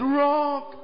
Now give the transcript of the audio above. rock